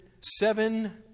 seven